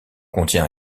contient